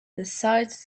besides